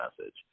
message